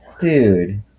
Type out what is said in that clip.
Dude